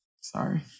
Sorry